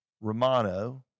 Romano